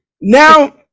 now